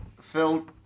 Phil